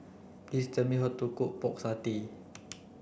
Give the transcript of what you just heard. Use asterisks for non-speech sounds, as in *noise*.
*unintelligible* tell me how to cook pork satay